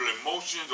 emotions